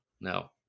no